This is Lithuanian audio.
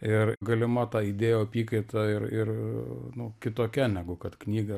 ir galima ta idėjų apykaita ir ir nu kitokia negu kad knyga